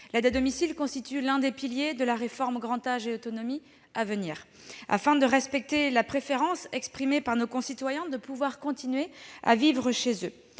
L'aide à domicile constitue l'un des piliers de la réforme Grand âge et autonomie à venir. Elle vise à répondre à la préférence exprimée par nos concitoyens de pouvoir continuer à vivre chez eux.